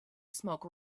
smoke